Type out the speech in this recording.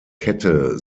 kette